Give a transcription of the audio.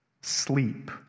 sleep